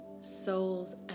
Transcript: souls